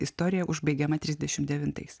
istorija užbaigiama trisdešimt devintais